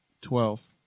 twelve